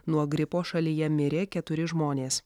nuo gripo šalyje mirė keturi žmonės